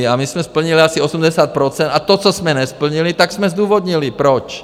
A my jsme splnili asi 80 % a to, co jsme nesplnili, tak jsme zdůvodnili proč.